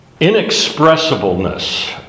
inexpressibleness